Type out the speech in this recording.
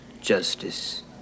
justice